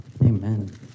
Amen